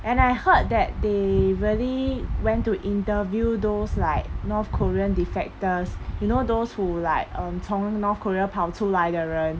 and I heard that they really went to interview those like north korean defectors you know those who like um 从 north korea 跑出来的人